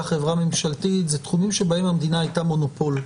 חברה ממשלתית אלה תחומים שבהם המדינה הייתה מונופול,